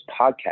podcast